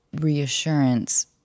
Reassurance